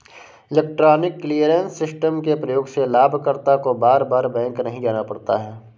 electronic clearance system के प्रयोग से लाभकर्ता को बार बार बैंक नहीं जाना पड़ता है